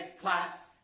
class